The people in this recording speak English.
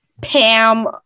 Pam